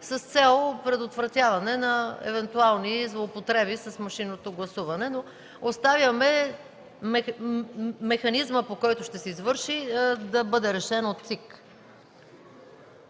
с цел предотвратяване на евентуални злоупотреби с машинното гласуване. Оставяме механизмът, по който ще се извърши, да бъде решен от ЦИК.